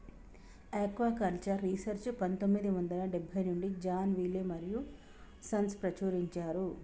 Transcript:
aquaculture research పందొమ్మిది వందల డెబ్బై నుంచి జాన్ విలే మరియూ సన్స్ ప్రచురించారు